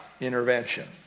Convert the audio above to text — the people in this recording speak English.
intervention